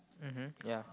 mmhmm ya